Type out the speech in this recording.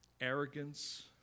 Arrogance